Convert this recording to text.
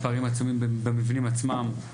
הפערים עצומים במבנים עצמם.